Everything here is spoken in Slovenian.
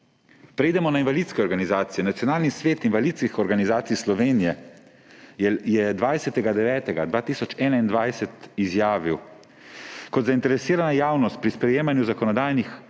Preidemo na invalidske organizacije. Nacionalni svet invalidskih organizacij Slovenije je 20. 9. 2021 izjavil: »Kot zainteresirana javnost pri sprejemanju zakonodajnega